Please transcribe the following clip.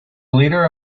leader